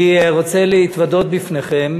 אני רוצה להתוודות בפניכם